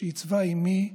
שעיצבה אימי,